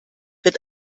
wird